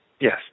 Yes